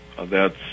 thats